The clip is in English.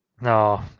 No